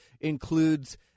includes